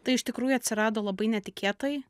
tai iš tikrųjų atsirado labai netikėtai